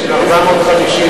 זה סל הבריאות הכי יפה,